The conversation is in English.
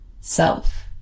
self